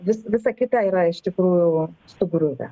vis visa kita yra iš tikrųjų sugriuvę